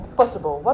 possible